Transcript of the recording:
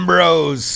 Bros